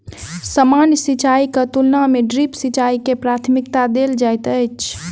सामान्य सिंचाईक तुलना मे ड्रिप सिंचाई के प्राथमिकता देल जाइत अछि